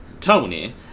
Tony